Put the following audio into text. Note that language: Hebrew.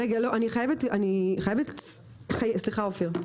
סליחה אופיר.